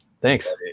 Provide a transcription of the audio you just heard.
Thanks